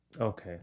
Okay